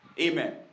Amen